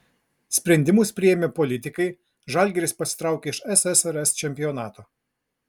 sprendimus priėmė politikai žalgiris pasitraukė iš ssrs čempionato